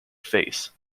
face